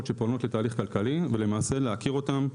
שפונות לתהליך כלכלי ולמעשה להכיר אותם,